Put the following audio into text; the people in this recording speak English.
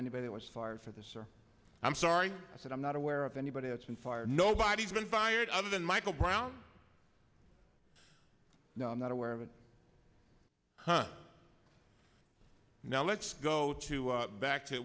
anybody who was fired for this or i'm sorry i said i'm not aware of anybody that's been fired nobody's been fired other than michael brown no i'm not aware of it huh now let's go to